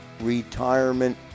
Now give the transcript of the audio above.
retirement